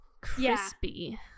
Crispy